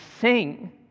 sing